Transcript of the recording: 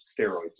steroids